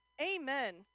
Amen